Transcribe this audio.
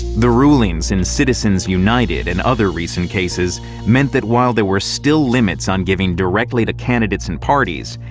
the rulings in citizens united and other recent cases meant that while there were still limits on giving directly to candidates and parties,